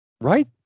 Right